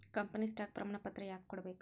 company stock ಪ್ರಮಾಣಪತ್ರ ಯಾಕ ಕೊಡ್ಬೇಕ್